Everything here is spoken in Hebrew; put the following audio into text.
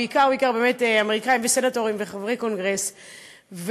בעיקר באמת אמריקאים וסנטורים וחברי קונגרס,